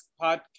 podcast